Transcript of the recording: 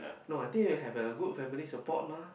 no I think you have a good family support mah